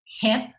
hip